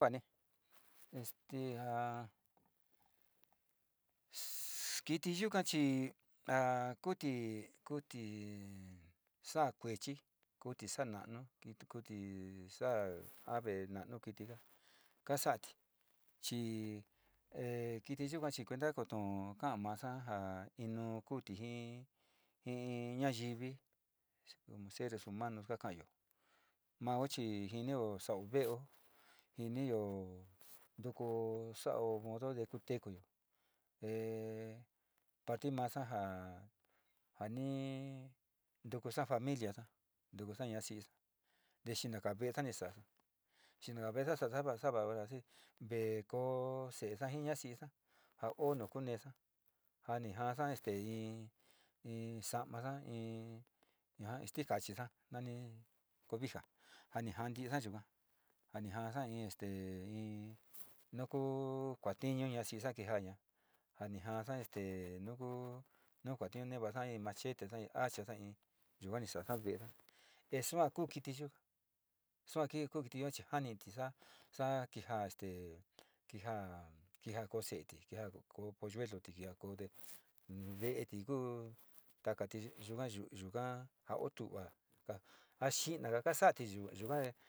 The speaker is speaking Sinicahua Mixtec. Kuani este a kiri yukan chí ha kuti kuti he xa'a kuechí kuti xa'a nanu kitu kuti ixa'a ave nano kiti nga kiti chí he chiyikuan chi cuenta kotón njama axa'a nga ino kuti iin iin ndayiví como seres humano ngakaín mauxe njinio xa'a veo ini yo'o, nduku xa'ó modo ndekutekuo he pati maxa'a njá anii nduku xa'a familia xa'a nduku xa'a ñaxí ndexhina ka'a vée xani xa'á navee xava xava vaxí vee kó xaxiñaxí he xa njako nuu kuvexa'a ni njaxte este iin, iin amaxa iin ña¿a iinx tikachí xa'a nani cobijá njani a'a xayikua njana xain te de nduko tiño'o ña'a xakivaí ña'á njanija este nuku nuku kuatiti maxaí he machete acha xaí yuu uxa'a nja ve'e dnaá, echuna kuu kiti yuu xhuaki kuu kiti yo'oxhua anitixa'a xa'a kinja este kinja kinja koxe'e tiya'a´ko polluelo tí yakode nuu nde kinguu kaka yuó tungua ka'a aotivi chinanga kaxati yuu yuunga.